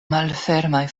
malfermaj